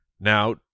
Now